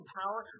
power